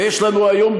ויש לנו היום,